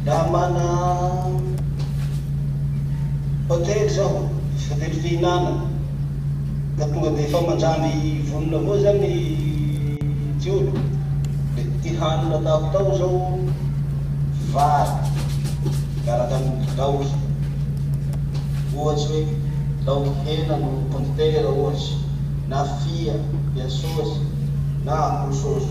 Laha mana hotely zaho, hotely fihinana, ka tonga de fa mandramby vonona avao zany ty olo. De ty hany nataoko tao zao: vary miaraky amy laoky, ohatsy hoe laoky hena na pondetera ohatsy, na fia, fia sauce, na akorho sôsy.